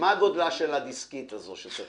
גודלה של הדיסקית הזאת, שצריך